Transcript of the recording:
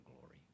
glory